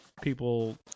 people